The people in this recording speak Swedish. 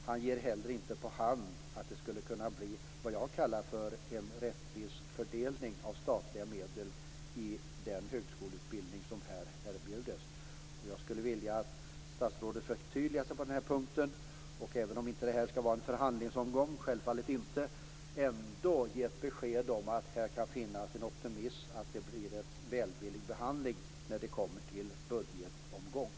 Han ger heller inte på hand att det skulle kunna bli vad jag kallar för en rättvis fördelning av statliga medel i fråga om den högskoleutbildning som här erbjudes. Jag skulle vilja att statsrådet förtydligar sig på den punkten. Självfallet är det här inte en förhandlingsomgång. Ändå kunde kanske ett besked ges om att här kan det finnas en optimism, dvs. att det kan bli en välvillig behandling när det hela kommer till budgetomgången.